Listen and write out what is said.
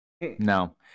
No